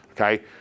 Okay